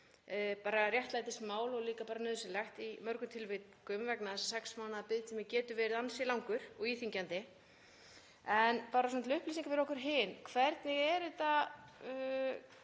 bara réttlætismál og líka bara nauðsynlegt í mörgum tilvikum vegna þess að sex mánaða biðtími getur verið ansi langur og íþyngjandi. En bara svona til upplýsinga fyrir okkur hin: Hvernig er þetta